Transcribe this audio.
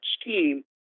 scheme